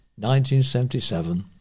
1977